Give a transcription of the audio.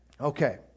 Okay